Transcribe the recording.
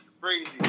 crazy